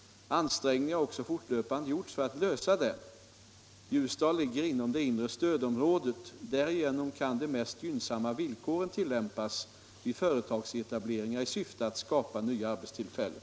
Ansträngningar har också fortlöpande gjorts för att lösa dem. Ljusdal ligger inom det inre stödområdet. Därigenom kan de mest gynnsamma villkoren tillämpas vid företagsetableringar i syfte att skapa nya arbetstillfällen.